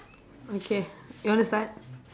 okay you want to start